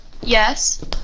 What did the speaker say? Yes